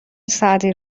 سعدی